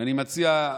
אני מציע,